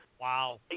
Wow